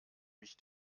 mich